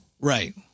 Right